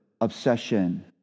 obsession